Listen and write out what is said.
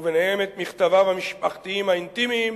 וביניהם את מכתביו המשפחתיים האינטימיים,